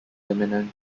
imminent